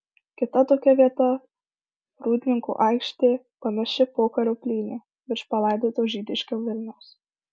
kita tokia vieta rūdninkų aikštė panaši pokario plynė virš palaidoto žydiško vilniaus